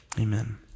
amen